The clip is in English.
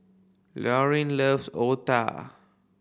Lauryn loves Otah